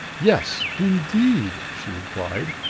yes indeed! she replied.